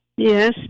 Yes